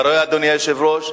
אתה רואה, אדוני היושב-ראש?